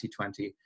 2020